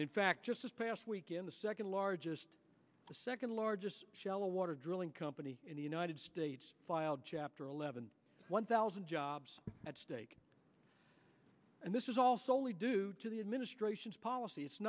in fact just this past weekend the second largest the second largest shallow water drilling company in the united states filed chapter eleven one thousand jobs at stake and this is also only due to the administration's polic